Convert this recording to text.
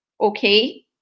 Okay